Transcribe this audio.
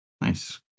Nice